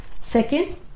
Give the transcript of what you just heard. second